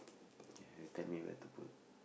kay you tell me where to put